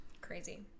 Crazy